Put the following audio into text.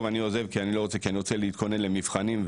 אני עוזב כי אני רוצה להתכונן למבחנים,